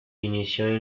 inició